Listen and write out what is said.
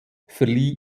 verlieh